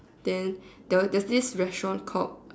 then there was there's this restaurant called